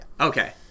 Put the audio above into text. Okay